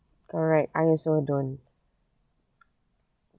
correct I also don't